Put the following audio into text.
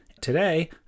Today